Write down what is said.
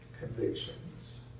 convictions